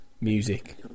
music